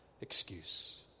excuse